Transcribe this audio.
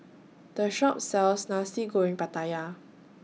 This Shop sells Nasi Goreng Pattaya